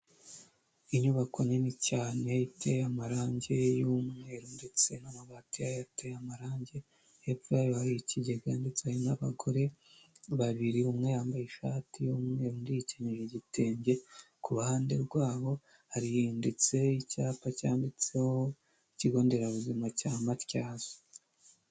Inyubako nini cyane iteye amarange y'umweru ndetse n'amabati yayo ateye amarange, hepfo yayo hari ikigega ndetse hari n'abagore babiri, umwe yambaye ishati y'umweru undi yikenyeje igitenge, ku ruhande rwabo harinditse icyapa cyanditseho ikigonderabuzima cya Matyazo.